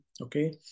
okay